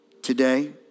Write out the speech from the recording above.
Today